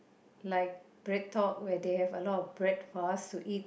like BreadTalk where they a lot of bread for us to eat